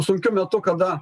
sunkiu metu kada